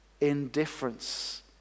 indifference